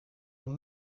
van